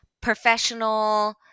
professional